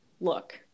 look